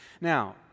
Now